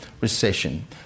recession